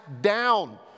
down